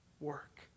work